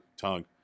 tongue